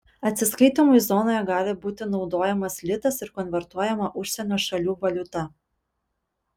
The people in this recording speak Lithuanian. atsiskaitymui zonoje gali būti naudojamas litas ir konvertuojama užsienio šalių valiuta